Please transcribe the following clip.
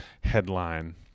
headline